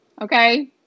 Okay